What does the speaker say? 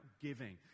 giving